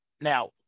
Now